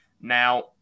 Now